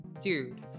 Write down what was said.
dude